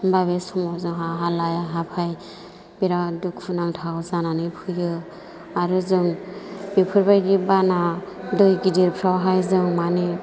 होनबा बे समाव जोंहा हालाय हाफाय बेराद दुखु नांथाव जानानै फैयो आरो जों बेफोरबायदि बाना दै गिदिरफोरावहाय जों माने